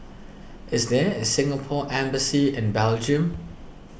is there a Singapore Embassy in Belgium